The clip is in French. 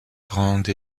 grande